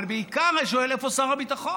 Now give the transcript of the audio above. אבל בעיקר אני שואל: איפה שר הביטחון?